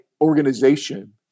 organization